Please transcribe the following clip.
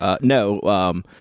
No